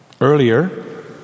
Earlier